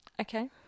Okay